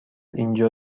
اینجا